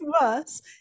worse